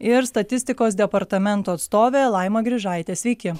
ir statistikos departamento atstovė laima grižaitė sveiki